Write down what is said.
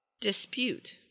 Dispute